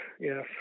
yes